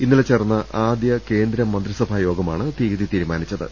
ഇന്നലെ ചേർന്ന ആദ്യ കേന്ദ്രമന്ത്രിസഭാ യോഗമാണ് തീയതി തീരുമാനിച്ചത്